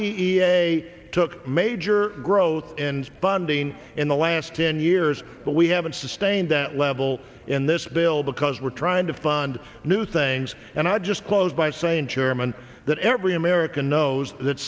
d e a took major growth in funding in the last ten years but we haven't sustain that level in this bill because we're trying to fund new things and i just close by saying chairman that every american knows that